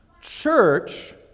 Church